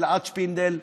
ואלעד שפינדל.